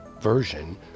version